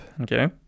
Okay